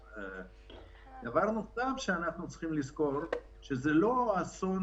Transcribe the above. דבר נוסף שצריך לזכור זה שזה לא האסון